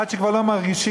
עד שכבר לא מרגישים,